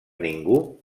ningú